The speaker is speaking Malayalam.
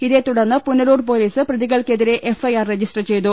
ഇതേ തുടർന്ന് പുനലൂർ പൊലീസ് പ്രതി കൾക്കെതിരെ എഫ് ഐ ആർ രജിസ്റ്റർ ചെയ്തു